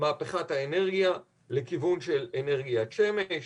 מהפיכת האנרגיה לכיוון של אנרגיית שמש.